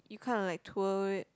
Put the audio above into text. you kind of like twirl it